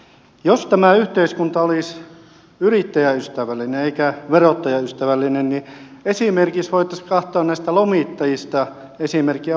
jos tämä yhteiskunta olisi yrittäjäystävällinen eikä verottajaystävällinen niin esimerkiksi voitaisiin katsoa näistä lomittajista esimerkkiä